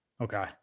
Okay